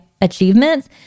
achievements